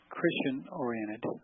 Christian-oriented